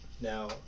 Now